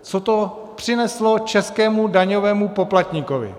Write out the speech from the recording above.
Co to přineslo českému daňovému poplatníkovi?